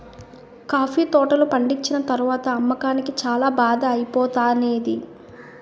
coffee తోటలు పండిచ్చిన తరవాత అమ్మకానికి చాల బాధ ఐపోతానేది